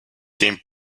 dem